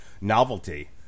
novelty